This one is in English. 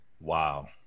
Wow